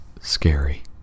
scary